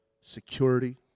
security